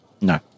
no